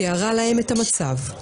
זאת אומרת,